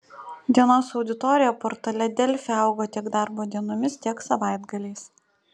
dienos auditorija portale delfi augo tiek darbo dienomis tiek savaitgaliais